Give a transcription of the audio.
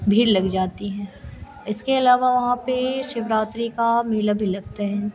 भीड़ लग जाती है इसके अलावा वहाँ पर शिवरात्रि का मेला भी लगता है